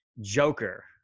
Joker